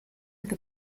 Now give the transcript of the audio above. это